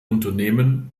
unternehmen